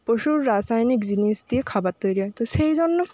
প্রচুর রাসায়নিক জিনিস দিয়ে খাবার তৈরি হয় তো সেই জন্য